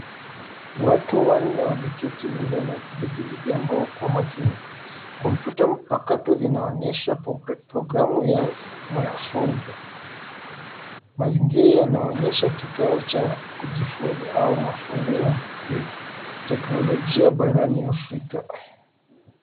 Watu wanne wameketi mezani wakijadili jambo kwa makini. Kompyuta mpakato zinaonyesha programu ya mafunzo. Mazingira yanaonyesha kikao cha kujifunza au mafunzo ya kiteknolojia barani Afrika.